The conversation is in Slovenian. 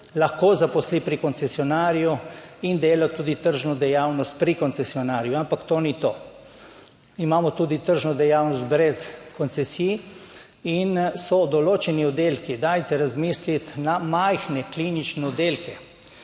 lahko zaposli pri koncesionarju in dela tudi tržno dejavnost pri koncesionarju, ampak to ni to. Imamo tudi tržno dejavnost brez koncesij. In so določeni oddelki, dajte razmisliti, na majhne klinične oddelke.